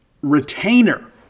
retainer